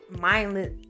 mindless